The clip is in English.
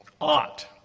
ought